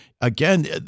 again